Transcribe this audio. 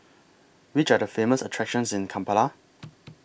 Which Are The Famous attractions in Kampala